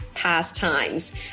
Pastimes